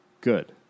Good